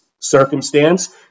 circumstance